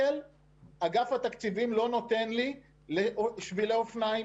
אגף התקציבים לא נותן לי שקל לשבילי אופניים.